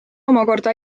omakorda